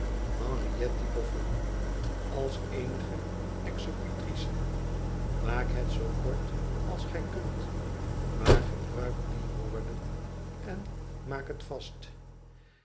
bofn als eenige executrice maak het zoo kort als gij kunt maar gebruik die woorden en maak het vast